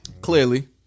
Clearly